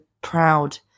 proud